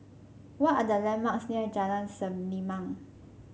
what are the landmarks near Jalan Selimang